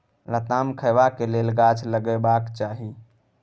लताम खेबाक लेल गाछ लगेबाक चाही